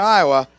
Iowa